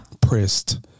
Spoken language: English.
pressed